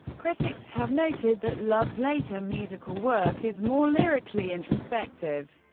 critics have noted that love's later musical work is more lyrically introspective.